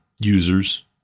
users